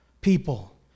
people